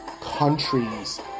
countries